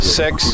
six